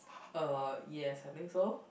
uh yes I think so